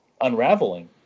unraveling